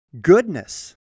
goodness